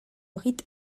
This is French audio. rite